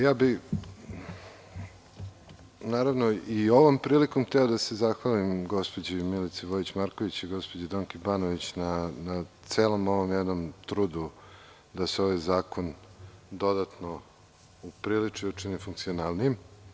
Ja bih i ovom prilikom hteo da se zahvalim gospođi Milici Vojić Marković i gospođi Donki Banović na celom ovom jednom trudu da se ovaj zakon dodatno upriliči i učini funkcionalnijim.